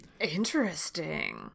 Interesting